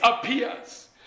appears